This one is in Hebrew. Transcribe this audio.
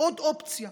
עוד אופציה.